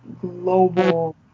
global